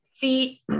See